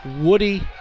Woody